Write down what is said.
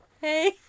hey